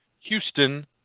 Houston